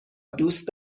دوست